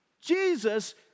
Jesus